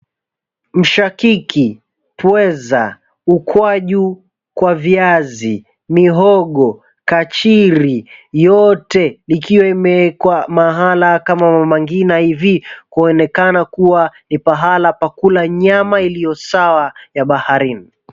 Mshakiki, pweza, ukwaju kwa viazi, mihogo, kachiri, yote ikiwa imewekwa mahala kama Mama Ngina hivi, kuonekana kuwa ni pahala pakula nyama iliyo sawa ya baharini.